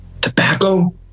tobacco